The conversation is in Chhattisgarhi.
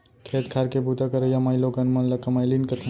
खेत खार के बूता करइया माइलोगन मन ल कमैलिन कथें